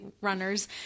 runners